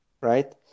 right